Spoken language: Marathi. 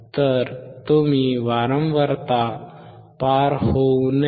तर कमी वारंवारता पार होऊ नये